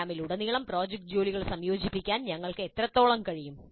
പ്രോഗ്രാമിലുടനീളം project ജോലികൾ സംയോജിപ്പിക്കാൻ ഞങ്ങൾക്ക് എത്രത്തോളം കഴിയും